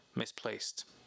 misplaced